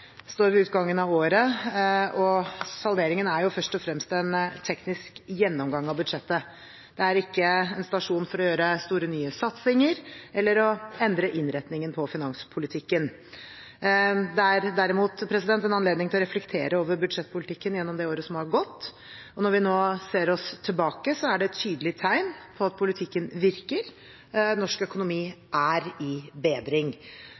står ved utgangen av året, og salderingen er først og fremst en teknisk gjennomgang av budsjettet. Det er ikke en stasjon for å gjøre store nye satsinger eller å endre innretningen på finanspolitikken. Det er derimot en anledning til å reflektere over budsjettpolitikken gjennom det året som har gått, og når vi nå ser oss tilbake, er det tydelig tegn på at politikken virker. Norsk økonomi er i bedring.